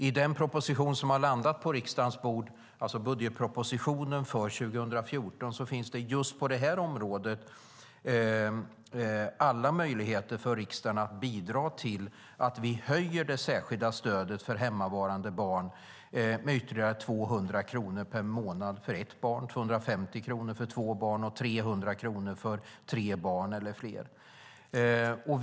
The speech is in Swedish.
I den proposition som har landat på riksdagens bord, alltså budgetpropositionen för 2014, finns det på just det här området alla möjligheter för riksdagen att bidra till att höja det särskilda stödet för hemmavarande barn med ytterligare 200 kronor per månad för ett barn, 250 kronor för två barn och 300 kronor för tre eller fler barn.